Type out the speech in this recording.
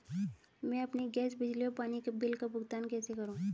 मैं अपने गैस, बिजली और पानी बिल का भुगतान कैसे करूँ?